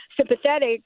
sympathetic